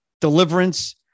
deliverance